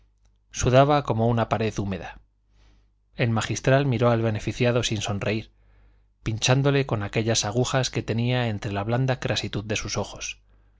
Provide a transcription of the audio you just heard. sudaba como una pared húmeda el magistral miró al beneficiado sin sonreír pinchándole con aquellas agujas que tenía entre la blanda crasitud de los ojos